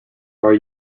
are